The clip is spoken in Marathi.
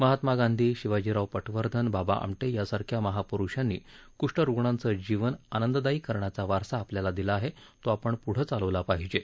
महात्मा गांधी शिवाजीराव पटवर्धन बाबा आमटे यासारख्या महापुरुषांनी कुष्ठरुग्णांचं जीवन आनंददायी करण्याचा वारसा आपल्याला दिला आहे तो आपण पुढे चालवला पाहिजे